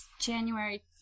January